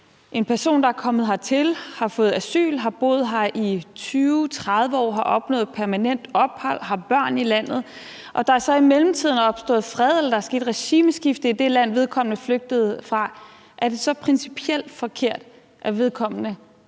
en person, der er kommet hertil, har fået asyl, har boet her i 20, 30 år, har opnået permanent ophold, har børn i landet, og der så i mellemtiden er opstået fred eller der er sket et regimeskifte i det land, vedkommende flygtede fra, så tager tilbage på ferie eller